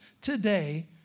today